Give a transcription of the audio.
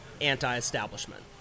anti-establishment